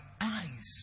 eyes